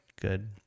good